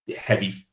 heavy